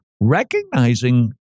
Recognizing